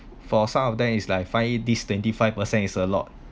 for some of them is like fine this twenty five percent is a lot